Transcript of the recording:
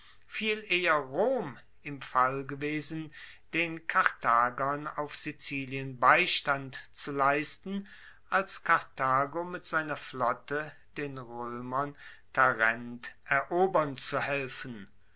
viel eher rom im fall gewesen den karthagern auf sizilien beistand zu leisten als karthago mit seiner flotte den roemern tarent erobern zu helfen